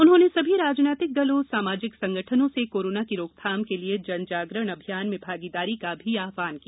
उन्होंने सभी राजनैतिक दलो सामाजिक संगठनो से कोरोना की रोकथाम के लिए जन जागरण अभियान में भागीदारी का भी आव्हन किया